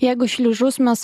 jeigu šliužus mes